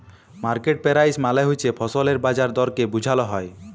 market price মালে হছে ফসলের বাজার দরকে বুঝাল হ্যয়